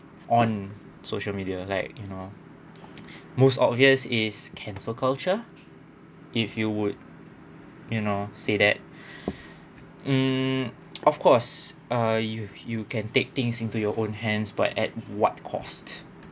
on social media like you know most obvious is cancer culture if you would you know say that mm of course uh you you can take things into your own hands but at what cost